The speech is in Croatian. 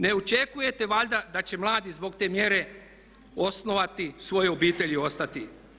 Ne očekujete valjda da će mladi zbog te mjere osnovati svoju obitelj i ostati?